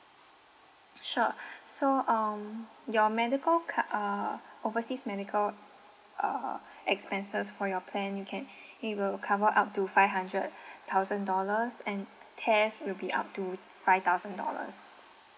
sure so um your medical card uh overseas medical uh expenses for your plan you can it will cover up to five hundred thousand dollars and theft will be up to five thousand dollars